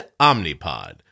Omnipod